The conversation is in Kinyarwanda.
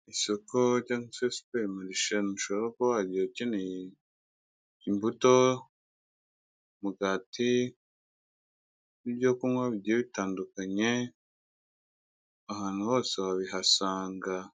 Isoko ryanditseho superi marishe ushobora kuba wahagera ukeneye imbuto, umugati n'ibyo kunywa bigiye bitandukanye ahantu hose wabihasanga.